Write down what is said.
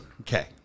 Okay